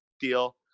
deal